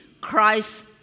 Christ